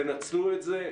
תנצלו את זה.